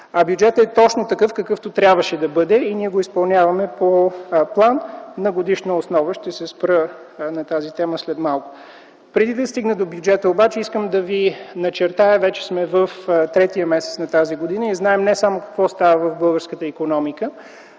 Бюджетът е точно такъв, какъвто трябваше да бъде! Ние го изпълняваме по план на годишна основа. Ще се спра на тази тема след малко. Преди да стигна до бюджета обаче, вече сме в третия месец на тази година и знаем не само какво става в българската икономика,